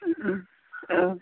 उम औ